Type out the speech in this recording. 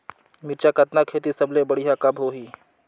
मिरचा कतना खेती सबले बढ़िया कब होही?